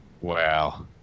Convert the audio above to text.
Wow